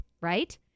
Right